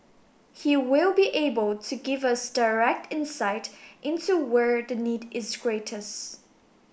he will be able to give us direct insight into where the need is greatest